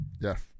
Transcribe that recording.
Yes